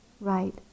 right